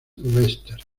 webster